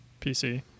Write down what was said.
PC